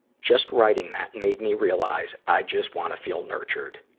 just writing that made me realize i just wanna feel nurtured.